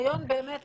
הניסיון באמת